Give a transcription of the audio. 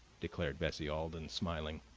declared bessie alden, smiling.